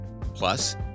Plus